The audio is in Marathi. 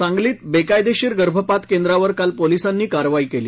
सांगलीत बेकायदेशीर गर्भपात केन्द्रावर काल पोलीसांनी कारवाई केली